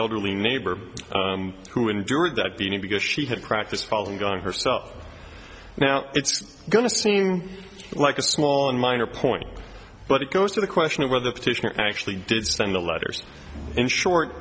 elderly neighbor who endured that beating because she had practice following gun herself now it's going to seem like a small and minor point but it goes to the question of whether the petitioner actually did send the letters in short